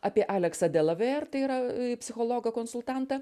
apie aleksą delavėr tai yra psichologą konsultantą